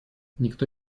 никто